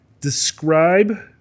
describe